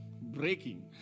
breaking